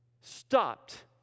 stopped